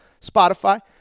Spotify